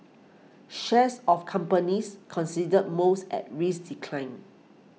shares of companies considered most at risk declined